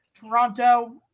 Toronto